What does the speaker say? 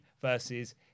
versus